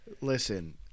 Listen